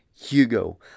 Hugo